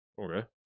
Okay